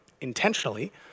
intentionally